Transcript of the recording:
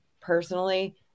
personally